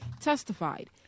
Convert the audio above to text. testified